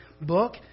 book